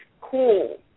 cool